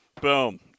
Boom